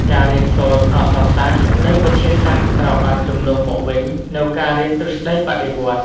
ការរៀនសូត្រអក្សរសាស្ត្រ និងវិទ្យាសាស្ត្រត្រូវបានជំនួសមកវិញនូវការរៀនទ្រឹស្ដីបដិវត្តន៍។